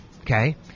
Okay